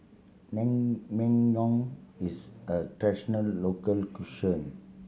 naengmyeon is a traditional local cuisine